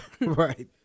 right